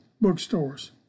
bookstores